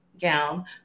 Gown